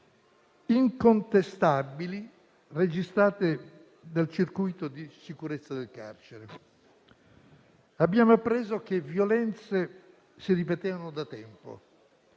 incontestabili registrate dal circuito di sicurezza del carcere. Abbiamo appreso che tali violenze si ripetevano da tempo